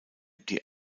die